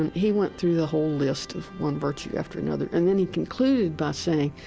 and he went through the whole list of one virtue after another and then he concluded by saying,